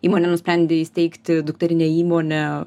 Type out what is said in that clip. įmonė nusprendė įsteigti dukterinę įmonę